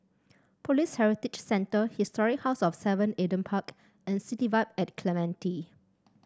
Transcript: Police Heritage Centre Historic House of Seven Adam Park and City Vibe at Clementi